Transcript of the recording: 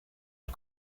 los